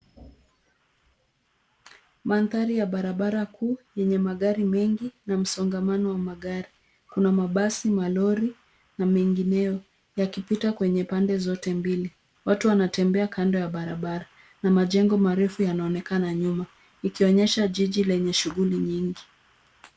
Mandhari ya barabara kuu yenye magari mengi na msongamano wa magari. Kuna mabasi, malori na mengineyo yakipita kwenye pande zote mbili. Watu wanatembea kando ya barabara na majengo marefu yanaonekana nyuma ikionyesha jiji lenye shughuli nyingi.